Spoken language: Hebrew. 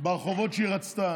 ברחובות שהיא רצתה,